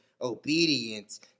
obedience